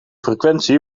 frequentie